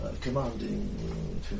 commanding